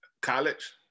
college